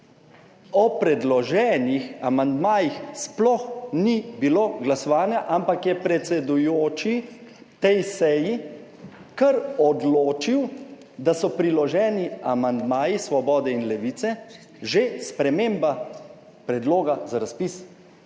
O predloženih amandmajih sploh ni bilo glasovanja, ampak je predsedujoči tej seji kar odločil, da so priloženi amandmaji Svobode in Levice že sprememba predloga za razpis